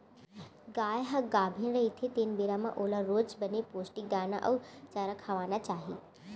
गाय ह गाभिन रहिथे तेन बेरा म ओला रोज बने पोस्टिक दाना अउ चारा खवाना चाही